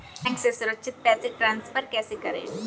Bank से सुरक्षित पैसे ट्रांसफर कैसे करें?